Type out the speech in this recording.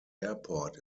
airport